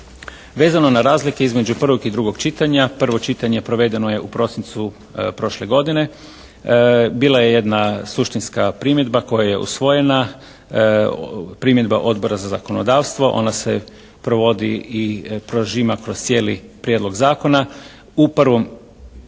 Vezano na razlike između prvog i drugog čitanje prvo čitanje provedeno je u prosincu prošle godine. Bila je jedna suštinska primjedba koja je usvojena, primjedba Odbora za zakonodavstvo. Ona se provodi i prožima kroz cijeli prijedlog zakona. U prvom